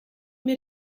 mir